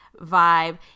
vibe